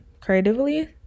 creatively